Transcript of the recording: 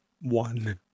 One